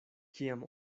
kiam